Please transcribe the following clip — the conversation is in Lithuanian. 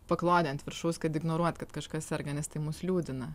paklodę ant viršaus kad ignoruot kad kažkas serga nes tai mus liūdina